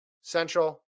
Central